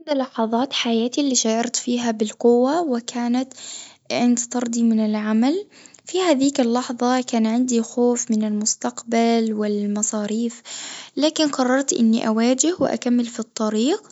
إحدى لحظات حياتي اللي شعرت فيها بالقوة كانت عند طردي من العمل، في هديك اللحظة كان عندي خوف من المستقبل والمصاريف، لكن قررت إني أواجه وأكمل في الطريق،